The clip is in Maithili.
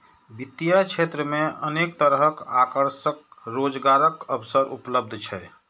वित्तीय क्षेत्र मे अनेक तरहक आकर्षक रोजगारक अवसर उपलब्ध छै